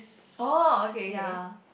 oh okay okay